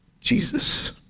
Jesus